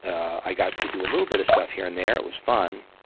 i got to do a little bit of stuff here and there. it was fun.